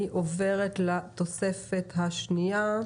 אני עוברת לתוספת השנייה.